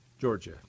Georgia